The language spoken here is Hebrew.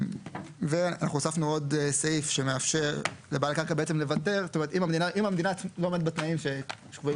ועל זכותו לוותר על הקניית השטח המיועד